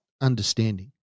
understanding